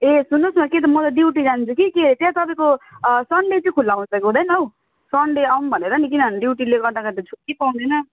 ए सुन्नुहोस् न कि त मलाई ड्युटी जानु छ कि के त्यहाँ तपाईँको सन्डे चाहिँ खुल्ला हुन्छ कि हुँदैन हौ सन्डे आऊँ भनेर नि किनभने ड्युटीले गर्दाखेरि त छुट्टी पाउँदैन